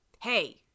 Hey